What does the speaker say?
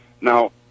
Now